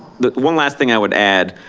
but one last thing i would add.